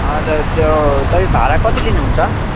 हजुर त्यो तपाईँ भाडा कति लिनुहुन्छ